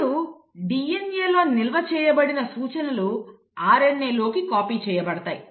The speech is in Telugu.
ఇప్పుడు DNAలో నిల్వ చేయబడిన సూచనలు RNAలోకి కాపీ చేయబడతాయి